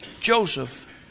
Joseph